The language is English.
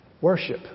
Worship